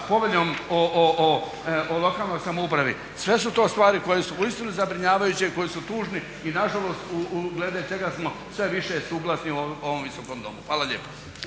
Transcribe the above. poveljom o lokalnoj samoupravi. Sve su to stvari koje su u istinu zabrinjavajuće, koje su tužne i nažalost glede čega smo sve više suglasni u ovom Visokom domu. Hvala lijepa.